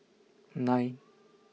nine